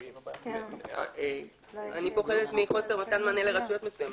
אני פוחדת מחוסר מתן מענה לרשויות מסוימות אבל בסדר.